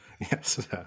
Yes